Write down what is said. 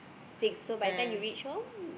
six so by the time you reach home